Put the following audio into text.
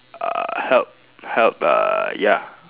uh help help uh ya